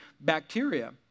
bacteria